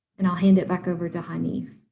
and i'll hand it back over to hanif.